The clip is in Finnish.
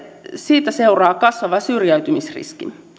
siitä seuraa kasvava syrjäytymisriski